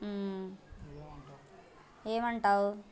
ఏం అంటావు